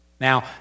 Now